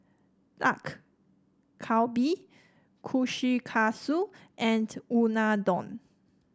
Dak Galbi Kushikatsu and Unadon